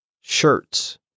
shirts